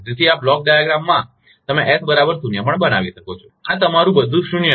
તેથી આ બ્લોક ડાયાગ્રામમાં તમે એસ બરાબર શૂન્ય પણ બનાવી શકો છો અને આ તમારું બધુ શૂન્ય છે